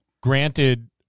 granted